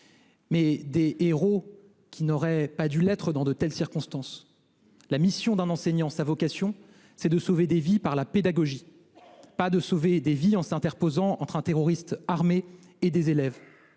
sont des héros qui n’auraient pas dû l’être en de telles circonstances. La mission d’un enseignant, sa vocation, c’est de sauver des vies par la pédagogie, et non en s’interposant entre un terroriste armé et des élèves.